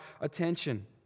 attention